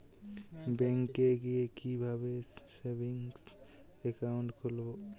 ব্যাঙ্কে গিয়ে কিভাবে সেভিংস একাউন্ট খুলব?